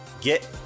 get